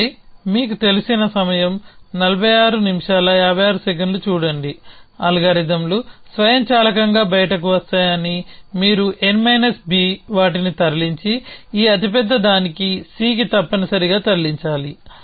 ఆపై మీకు తెలిసిన సమయం 4656 చూడండి అల్గారిథమ్లు స్వయంచాలకంగా బయటకు వస్తాయని మీరు n B వాటిని తరలించి ఈ అతిపెద్ద దానిని Cకి తప్పనిసరిగా తరలించాలి